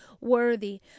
worthy